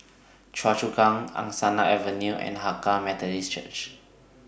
Choa Chu Kang Angsana Avenue and Hakka Methodist Church